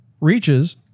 reaches